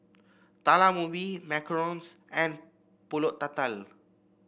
Talam Ubi macarons and pulut tatal